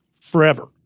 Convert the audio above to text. forever